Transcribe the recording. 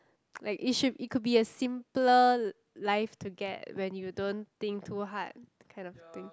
like it should it could be a simpler life to get when you don't think too hard that kind of thing